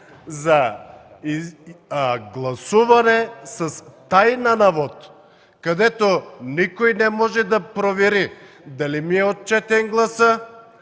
за гласуване с тайна на вот, където никой не може да провери дали ми е отчетен гласът,